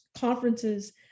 conferences